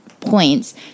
points